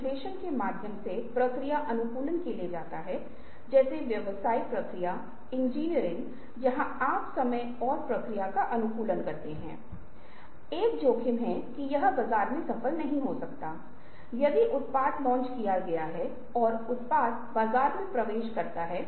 तो आप उपयोगकर्ता विशेषताओं के बारे में सोचना शुरू कर सकते हैं आप एक ऐसे उपयोगकर्ता के बारे में सोच सकते हैं जो प्यासा है आप एक उपयोगकर्ता के बारे में सोच सकते हैं जो गर्म है आप उस उपयोगकर्ता के बारे में सोच सकते हैं जो कांगो जाना चाहते हैं आप एक उपयोगकर्ता के बारे में सोच सकते हैं जो फैशनेबल है क्योंकि युवा नए स्वादों की कोशिश करने में रुचि रखते हैं